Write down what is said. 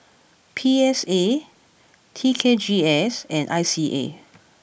P S A T K G S and I C A